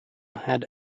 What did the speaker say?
had